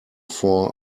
four